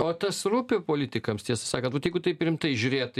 o tas rūpi politikams tiesą sakant vat jeigu taip rimtai žiūrėt